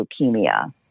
leukemia